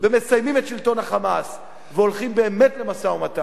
ומסיימים את שלטון ה"חמאס" והולכים באמת למשא-ומתן.